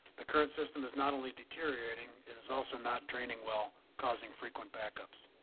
the current system is not only deteriorating, it is also not draining well causing frequent backups.